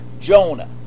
Jonah